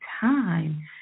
time